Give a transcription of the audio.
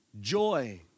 joy